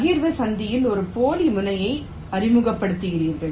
பகிர்வு சந்தியில் ஒரு போலி முனையத்தை அறிமுகப்படுத்துகிறீர்கள்